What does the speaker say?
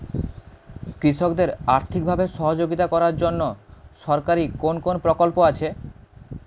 কৃষকদের আর্থিকভাবে সহযোগিতা করার জন্য সরকারি কোন কোন প্রকল্প আছে?